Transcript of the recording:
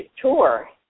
Tour